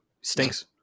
Stinks